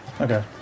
Okay